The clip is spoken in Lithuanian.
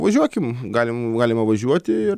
važiuokim galim galima važiuoti ir